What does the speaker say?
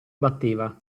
batteva